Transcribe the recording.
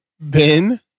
Ben